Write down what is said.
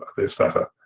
the stutter.